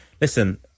Listen